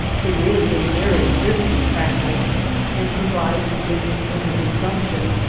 it is a very thrifty practice and provides against winter consumption,